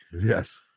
yes